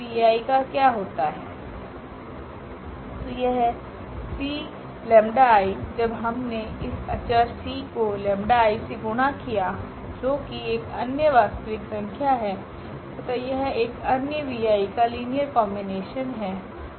तो यह c𝜆𝑖 जब हमने इस अचर c को 𝜆𝑖 से गुणा किया जो कि एक अन्य वास्तविक संख्या है तथा यह एक अन्य vi का लीनियर कॉम्बिनेशन हैं